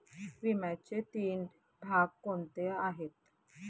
विम्याचे तीन भाग कोणते आहेत?